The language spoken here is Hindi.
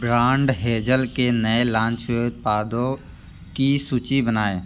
ब्रांड हेज़ल के नए लॉन्च हुए उत्पादों की सूची बनाएँ